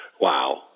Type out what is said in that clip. Wow